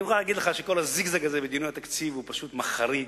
אני מוכרח להגיד לך שכל הזיגזג הזה בדיוני התקציב הוא פשוט מחריד,